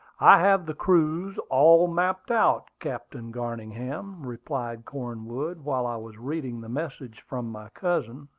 i have the cruise all mapped out, captain garningham, replied cornwood, while i was reading the message from my cousin.